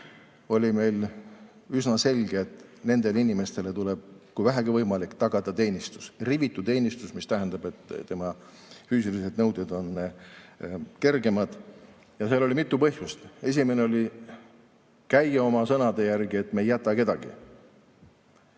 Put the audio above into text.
oli üsna selge, et nendele inimestele tuleb, kui vähegi võimalik, tagada teenistus, rivitu teenistus, mis tähendab, et füüsilised nõuded on kergemad. Ja seal oli mitu põhjust. Esimene oli [soov] käia oma sõnade järgi, et me ei jäta kedagi.